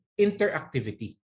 interactivity